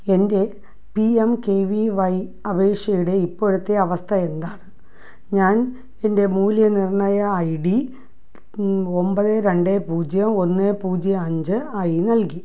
എൻ്റെ P M K V Y അപേക്ഷയുടെ ഇപ്പോഴത്തെ അവസ്ഥ എന്താണ് ഞാൻ എൻ്റെ മൂല്യനിർണ്ണയ ഐ ഡി ഒമ്പത് രണ്ട് പൂജ്യം ഒന്ന് പൂജ്യം അഞ്ച് ആയി നൽകി